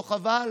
לא חבל?